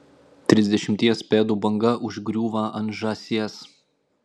trisdešimties pėdų banga užgriūva ant žąsies